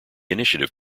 initiative